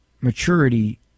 maturity